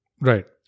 Right